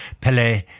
Pele